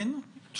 הדובר האחרון,